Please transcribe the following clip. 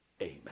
Amen